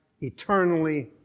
eternally